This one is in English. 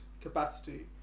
capacity